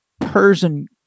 Persian